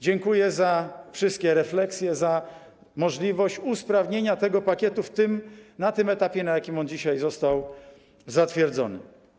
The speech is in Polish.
Dziękuję za wszystkie refleksje, za możliwość usprawnienia tego pakietu na tym etapie, na jakim on dzisiaj został zatwierdzony.